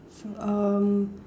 so um